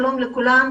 שלום לכולם.